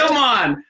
on!